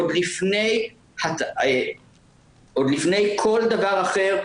עוד לפני כל דבר אחר,